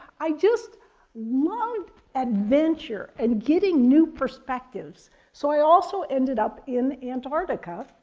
i just love adventure and getting new perspectives. so i also ended up in antarctica,